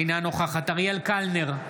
אינה נוכחת אריאל קלנר,